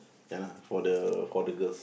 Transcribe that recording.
ya lah for the for the girls